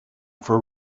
for